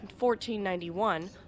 1491